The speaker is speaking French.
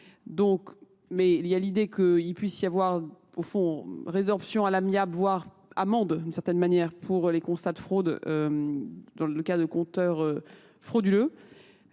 Mais il y a l'idée qu'il puisse y avoir, au fond, résorption à l'amiable, voire amende, d'une certaine manière, pour les constats de fraude dans le cas de compteurs frauduleux.